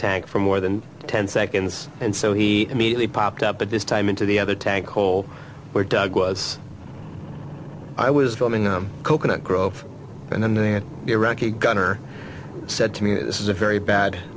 tank for more than ten seconds and so he immediately popped up at this time into the other tank hole where doug was i was filming the coconut grove and then the iraqi gunner said to me this is a very bad